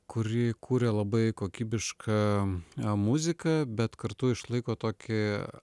kuri kūrė labai kokybišką muziką bet kartu išlaiko tokį